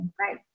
Right